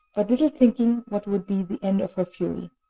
but little thinking what would be the end of her fury.